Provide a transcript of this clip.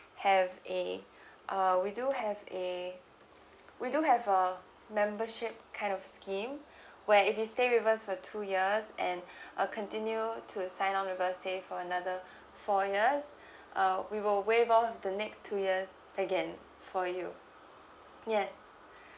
have a uh we do have a we do have a membership kind of scheme where if you stay with us for two years and uh continue to sign on with us say for another four years uh we will waive off the next two years again for you yeah